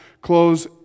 Close